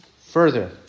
Further